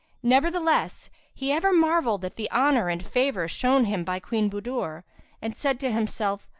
nevertheless, he ever marvelled at the honour and favour shown him by queen budur and said to himself,